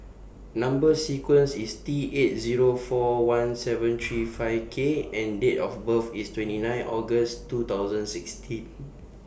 Number sequence IS T eight Zero four one seven three five K and Date of birth IS twenty nine August two thousand sixteen